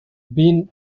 been